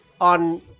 on